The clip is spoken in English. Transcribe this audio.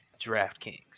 DraftKings